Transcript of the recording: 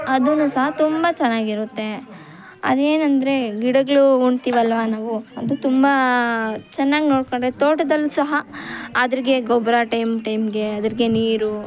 ಅದೂ ಸಹ ತುಂಬ ಚೆನ್ನಾಗಿರುತ್ತೆ ಅದು ಏನೆಂದ್ರೆ ಗಿಡಗಳು ಹೂಣ್ತಿವಲ್ವ ನಾವು ಅದು ತುಂಬ ಚೆನ್ನಾಗಿ ನೋಡ್ಕೊಂಡರೆ ತೋಟದಲ್ಲಿ ಸಹ ಅದ್ರ್ಗೆ ಗೊಬ್ರ ಟೈಮ್ ಟೈಮ್ಗೆ ಅದ್ರ್ಗೆ ನೀರು